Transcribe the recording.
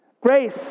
Grace